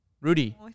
Rudy